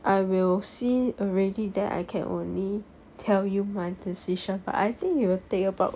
I will see already then I can only tell you my decision but I think you will take about